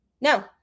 no